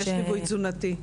יש ליווי תזונתי.